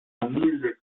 humilde